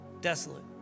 Desolate